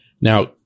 Now